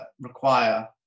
require